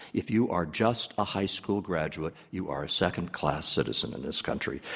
if you are just a high school graduate, you are a second class citizen in this country.